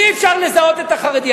אי-אפשר לזהות את החרדי.